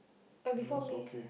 and before me